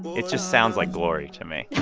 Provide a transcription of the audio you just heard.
it just sounds like glory to me